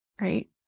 right